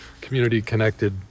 community-connected